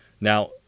Now